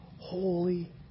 holy